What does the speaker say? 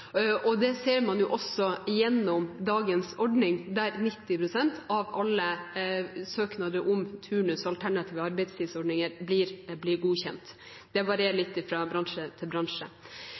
og det ser man jo også gjennom dagens ordning, der 90 pst. av alle søknader om turnus og alternative arbeidstidsordninger blir godkjent. Det varierer litt fra bransje til bransje.